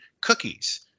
cookies